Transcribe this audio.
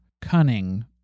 cunning